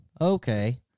okay